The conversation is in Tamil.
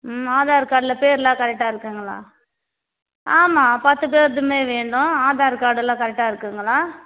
ம் ஆதார் கார்டில் பேர் எல்லாம் கரெக்டாக இருக்குங்களா ஆமாம் பத்து பேருதுமே வேண்டும் ஆதார் கார்டெல்லாம் கரெக்டாக இருக்குங்களா